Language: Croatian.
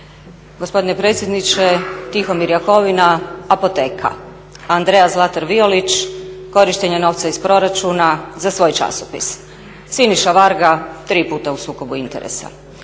Gospodine predsjedniče Tihomir Jakovina apoteka, Andrea Zlatar Violić korištenje novca iz proračuna za svoj časopis, Siniša Varga tri puta u sukobu interesa,